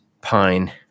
Pine